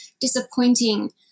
disappointing